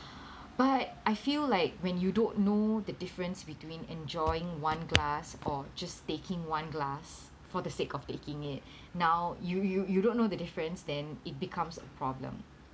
but I feel like when you don't know the difference between enjoying one glass or just taking one glass for the sake of taking it now you you you don't know the difference then it becomes a problem